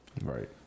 Right